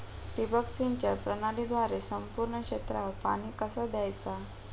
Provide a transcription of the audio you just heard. ठिबक सिंचन प्रणालीद्वारे संपूर्ण क्षेत्रावर पाणी कसा दयाचा?